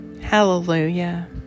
Hallelujah